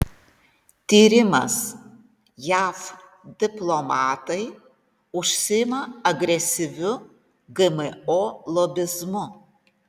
tyrimas jav diplomatai užsiima agresyviu gmo lobizmu